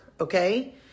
Okay